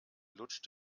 lutscht